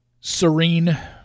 Serene